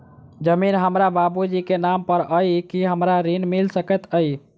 जमीन हमरा बाबूजी केँ नाम पर अई की हमरा ऋण मिल सकैत अई?